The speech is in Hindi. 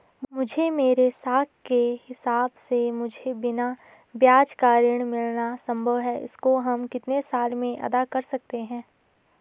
मुझे मेरे साख के हिसाब से मुझे बिना ब्याज का ऋण मिलना संभव है इसको हम कितने साल में अदा कर सकते हैं?